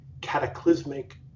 cataclysmic